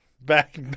Back